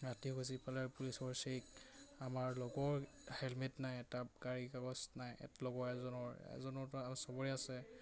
ৰাতি আমাৰ লগৰ হেলমেট নাই এটা গাড়ী কাগজ নাই লগৰ এজনৰ এজনৰ আছে